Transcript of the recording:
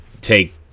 take